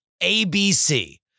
ABC